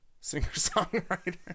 singer-songwriter